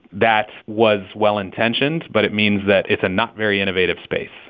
that was well-intentioned, but it means that it's a not-very-innovative space.